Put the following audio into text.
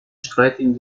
streitigen